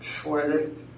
sweated